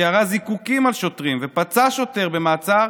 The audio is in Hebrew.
שירה זיקוקים על שוטרים ופצע שוטר במעצר,